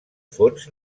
fons